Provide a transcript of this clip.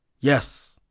yes